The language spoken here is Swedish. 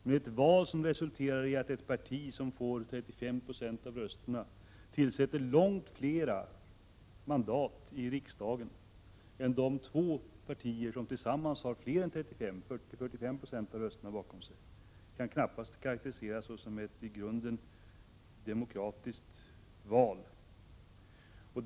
Men ett val som resulterar i att ett parti som får 35 96 av rösterna tillsätter långt fler mandat i riksdagen än de två partier som tillsammans har mer än 35 96, ja, 40—45 96 av rösterna bakom sig, kan knappast karakteriseras som ett i grunden demokratiskt val.